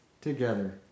together